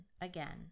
again